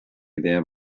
idea